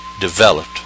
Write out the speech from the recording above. developed